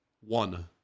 One